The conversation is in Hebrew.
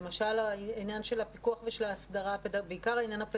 למשל העניין של הפיקוח ושל ההסדרה הפדגוגית,